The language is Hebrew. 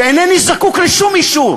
שאינני זקוק לשום אישור